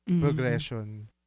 progression